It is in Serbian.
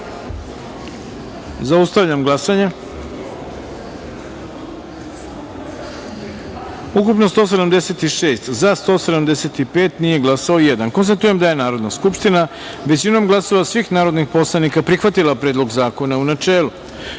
taster. Zaustavljam glasanje: ukupno – 176, za - 175, nije glasao – jedan. Konstatujem da je Narodna skupština većinom glasova svih narodnih poslanika prihvatila Predlog zakona, u